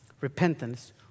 Repentance